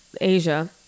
Asia